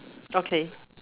okay